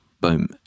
boom